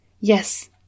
Yes